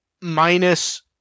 minus